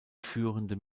führende